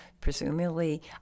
presumably